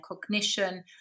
cognition